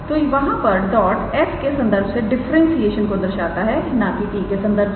तोवहां पर dot s के संदर्भ से डिफरेंशिएशन को दर्शाता है ना कि t के संदर्भ से